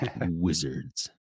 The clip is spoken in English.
Wizards